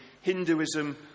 Hinduism